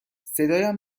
صدایم